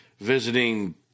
visiting